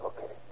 Okay